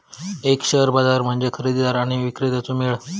एक शेअर बाजार म्हणजे खरेदीदार आणि विक्रेत्यांचो मेळ